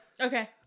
Okay